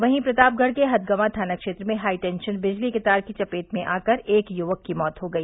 वहीं प्रतापगढ़ के हथगवां थाना क्षेत्र में हाईटेंशन बिजली तार की चपेट में आकर एक युवक की मौत हो गई